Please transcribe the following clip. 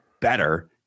Better